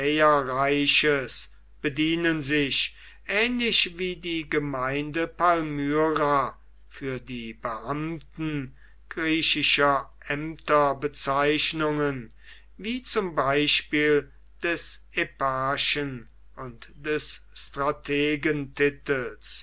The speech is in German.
bedienen sich ähnlich wie die gemeinde palmyra für die beamten griechischer ämterbezeichnungen wie zum beispiel des eparchen und des